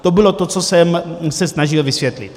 To bylo to, co jsem se snažil vysvětlit.